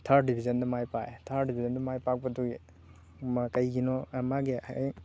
ꯊꯥꯔ ꯗꯤꯕꯤꯖꯟꯗ ꯃꯥꯏ ꯄꯥꯛꯑꯦ ꯊꯥꯔ ꯗꯤꯕꯤꯖꯟꯗ ꯃꯥꯏ ꯄꯥꯛꯄꯗꯨꯒꯤ ꯀꯩꯒꯤꯅꯣ ꯃꯥꯒꯤ